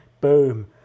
Boom